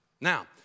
Now